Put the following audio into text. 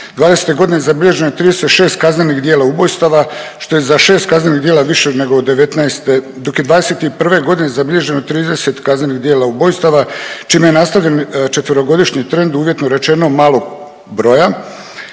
'20. g. zabilježeno je 36 kaznenih djela ubojstava, što je za 6 kaznenih djela više nego '19., dok je '21. g. zabilježeno 30 kaznenih djela ubojstava, čime je nastavljen 4-godišnji trend, uvjetno rečeno, malog broja